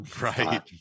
Right